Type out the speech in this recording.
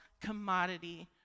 commodity